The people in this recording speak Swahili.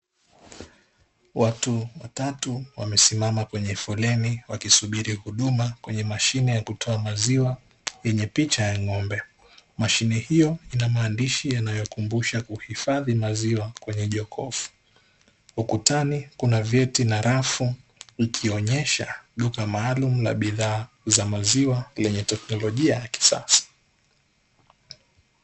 Watu watatu, wamesimama kwenye foleni wakisubiri huduma kwenye mashine ya kutoa maziwa yenye picha ya ng'ombe, mashine hiyo ina maandishi yanayo kumbusha kuhifadhi maziwa kwenye jokofu, ukutani kuna vyeti na kuna rafu ikionyesha duka maalumu la bidhaa za maziwa lenye teknolojia ya kisasa.